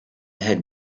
had